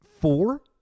Four